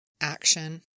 action